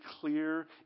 clear